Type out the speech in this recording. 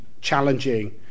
challenging